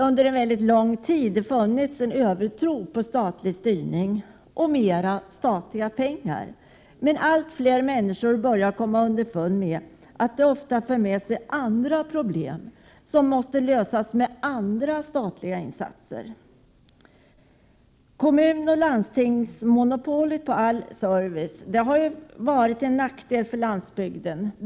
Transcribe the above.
Under lång tid har det funnits en övertro på statlig styrning och mer statliga pengar, men allt fler människor börjar komma underfund med att detta ofta medför andra problem som måste lösas med andra statliga insatser. Kommunoch landstingsmonopolet på all service har varit till nackdel för landsbygden.